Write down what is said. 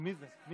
בבקשה.